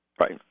Right